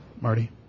Marty